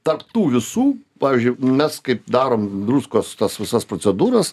tarp tų visų pavyzdžiui mes kaip darom druskos tas visas procedūras